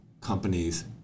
companies